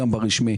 גם ברשמי.